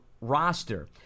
roster